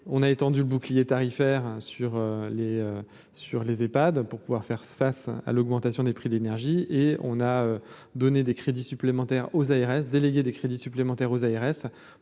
on a étendu le bouclier tarifaire sur les sur les Epad pour pouvoir faire face à l'augmentation des prix de l'énergie et on a donné des crédits supplémentaires aux ARS délégué des crédits supplémentaires aux ARS